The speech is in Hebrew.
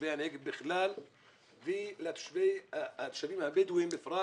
תושבי הנגב בכלל ולתושבים הבדואים בפרט